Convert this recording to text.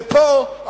ופה,